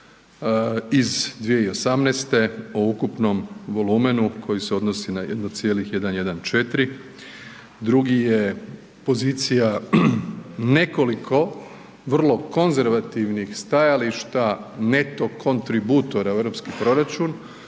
iz 2018. o ukupnom volumenu koje se odnosi na 1,114, drugi je pozicija nekoliko vrlo konzervativnih stajališta netokontributora u europski proračun